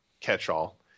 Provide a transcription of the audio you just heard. catch-all